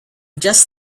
just